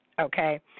Okay